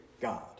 God